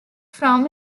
from